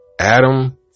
Adam